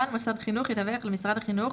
בעל מוסד חינוך ידווח למשרד החינוך